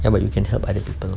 ya but you can help other people